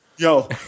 Yo